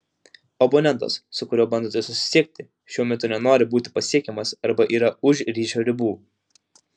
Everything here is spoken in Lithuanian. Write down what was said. abonentas su kuriuo bandote susisiekti šiuo metu nenori būti pasiekiamas arba yra už ryšio ribų